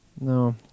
No